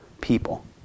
people